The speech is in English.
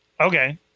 Okay